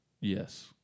Yes